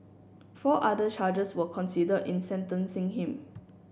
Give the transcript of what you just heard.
four other charges were considered in sentencing him